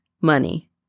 money